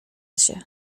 się